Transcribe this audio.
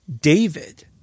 David